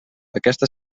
aquesta